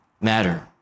matter